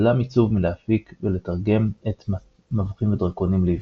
חדלה מיצוב להפיק ולתרגם את מו"ד לעברית.